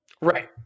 Right